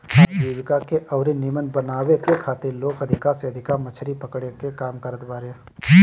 आजीविका के अउरी नीमन बनावे के खातिर लोग अधिका से अधिका मछरी पकड़े के काम करत बारे